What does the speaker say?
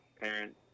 parents